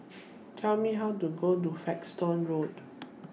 Please Tell Me How to get to Folkestone Road